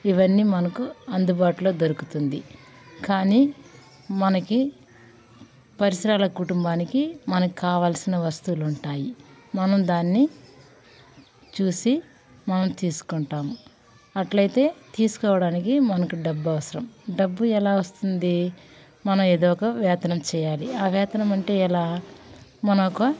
ఇవన్నీ మనకు అందుబాటులో దొరుకుతుంది కానీ మనకి పరిసరాల కుటుంబానికి మనకి కావాల్సిన వస్తువులు ఉంటాయి మనం దాన్ని చూసి మనం తీసుకుంటాం అట్లయితే తీసుకోవడానికి మనకు డబ్బు అవసరం డబ్బు ఎలా వస్తుంది మనం ఏదో ఒక వేతనం చేయాలి ఆ వేతనం అంటే ఎలా మన ఒక